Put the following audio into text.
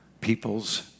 Peoples